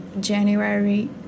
January